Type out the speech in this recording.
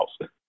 House